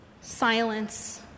Silence